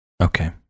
Okay